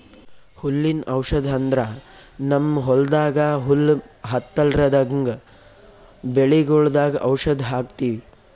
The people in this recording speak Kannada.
ಹುಲ್ಲಿನ್ ಔಷಧ್ ಅಂದ್ರ ನಮ್ಮ್ ಹೊಲ್ದಾಗ ಹುಲ್ಲ್ ಹತ್ತಲ್ರದಂಗ್ ಬೆಳಿಗೊಳ್ದಾಗ್ ಔಷಧ್ ಹಾಕ್ತಿವಿ